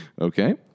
Okay